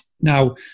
Now